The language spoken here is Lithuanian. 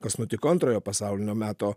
kas nutiko antrojo pasaulinio meto